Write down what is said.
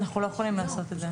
אנחנו לא יכולים לעשות את זה.